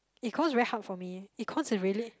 econs very hard for me econs is really